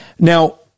Now